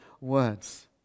words